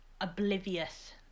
oblivious